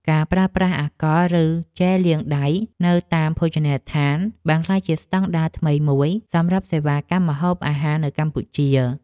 ការប្រើប្រាស់អាល់កុលឬជែលលាងដៃនៅតាមភោជនីយដ្ឋាន បានក្លាយជាស្តង់ដារថ្មីមួយសម្រាប់សេវាកម្មម្ហូបអាហារនៅកម្ពុជា។